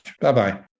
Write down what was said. Bye-bye